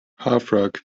hearthrug